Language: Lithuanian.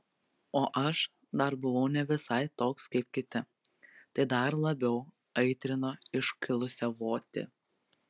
o aš dar buvau ne visai toks kaip kiti tai dar labiau aitrino iškilusią votį